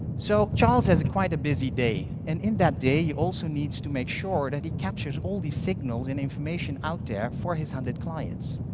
so charles has quite a busy day. and in that day, he also needs to make sure that he captures all the signals and information out there for his one hundred clients.